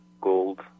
gold